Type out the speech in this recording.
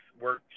work